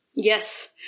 Yes